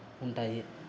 ఉంటాయి